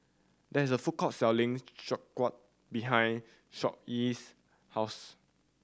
there is a food court selling Sauerkraut behind Sawyer's house